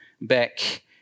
back